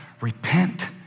Repent